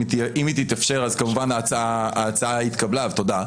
אם היא תתאפשר, אז ההצעה התקבלה ותודה.